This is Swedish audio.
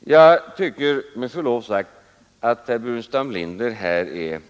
Jag tycker med förlov sagt att herr Burenstam Linder på detta område är